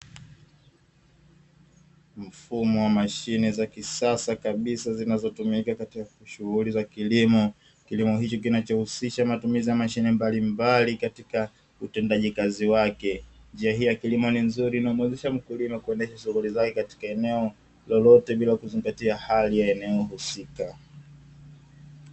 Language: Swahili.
Mfumo wa mashine za kisasa kabisa zinazotumika katika shughuli za kilimo, kilimo hichi kinachohusisha matumizi ya mashine mbalimbali katika utendaji kazi wake; njia hii ya kilimo hiki ni kizuri na kuendesha shughuli zake katika eneo lolote bila kuzingatia hali ya eneo husika.